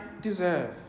deserve